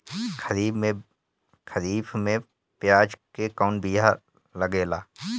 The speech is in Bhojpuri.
खरीफ में प्याज के कौन बीया लागेला?